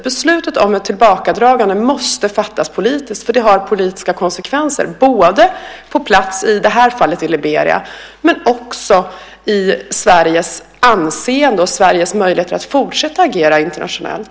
Beslutet om ett tillbakadragande måste fattas politiskt, för det har politiska konsekvenser, både på plats, i det här fallet i Liberia, och för Sveriges anseende och Sveriges möjligheter att fortsätta att agera internationellt.